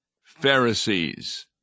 Pharisees